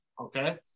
Okay